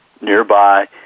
nearby